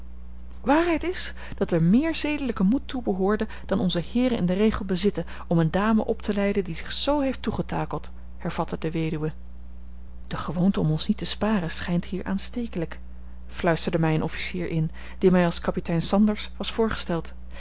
waarheid is dat er meer zedelijke moed toe behoorde dan onze heeren in den regel bezitten om eene dame op te leiden die zich zoo heeft toegetakeld hervatte de weduwe de gewoonte om ons niet te sparen schijnt hier aanstekelijk fluisterde mij een officier in die mij als kapitein sanders was voorgesteld